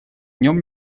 нем